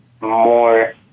more